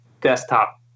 desktop